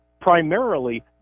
primarily